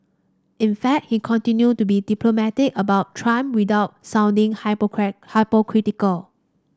in fact he continued to be diplomatic about trump without sounding hypocritical